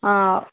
ఆ